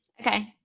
Okay